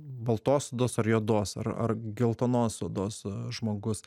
baltos odos ar juodos ar ar geltonos odos žmogus